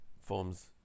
forms